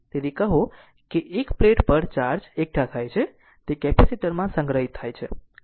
તેથી કહો કે એક પ્લેટ પર ચાર્જ એકઠા થાય છે તે કેપેસિટર માં સંગ્રહિત થાય છે